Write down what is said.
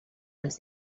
pels